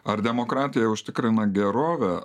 ar demokratija užtikrina gerovę